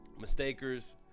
Mistakers